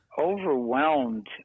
overwhelmed